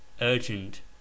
urgent